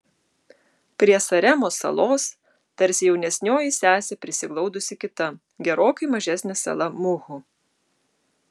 prie saremos salos tarsi jaunesnioji sesė prisiglaudusi kita gerokai mažesnė sala muhu